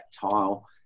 tile